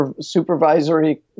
supervisory